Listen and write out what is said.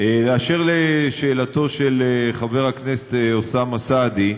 אשר לשאלתו של חבר הכנסת אוסאמה סעדי,